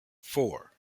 four